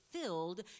filled